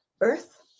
earth